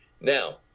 Now